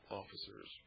officers